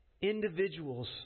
individuals